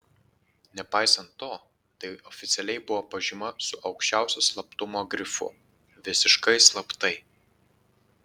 nepaisant to tai oficialiai buvo pažyma su aukščiausiu slaptumo grifu visiškai slaptai